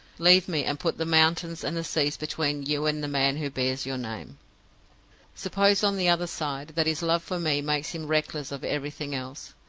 leave me, and put the mountains and the seas between you and the man who bears your name suppose, on the other side, that his love for me makes him reckless of everything else?